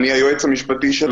אני היועץ המשפטי של